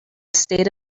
state